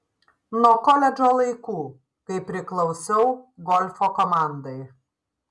nuo koledžo laikų kai priklausiau golfo komandai